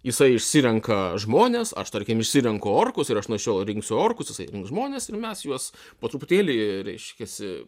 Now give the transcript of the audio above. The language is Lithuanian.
jisai išsirenka žmones aš tarkim išsirenku orkus ir aš nuo šiol rinksiu orkus jisai rinks žmones ir mes juos po truputėlį reiškiasi